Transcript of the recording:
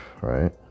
right